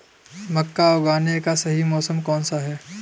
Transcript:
मक्का उगाने का सही मौसम कौनसा है?